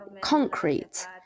concrete